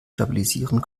stabilisieren